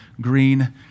green